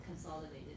consolidated